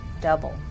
Double